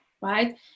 right